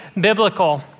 biblical